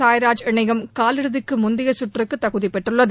சாய்ராஜ் இணையும் காலிறுதிக்கு முந்தைய சுற்றுக்கு தகுதி பெற்றுள்ளது